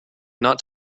not